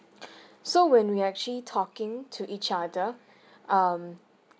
so when we actually talking to each other um